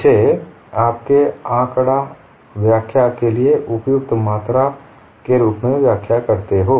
इसे आप आपके आँकडा व्याख्या के लिए उपयुक्त मात्रा के रूप में व्याख्या करते हो